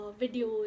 videos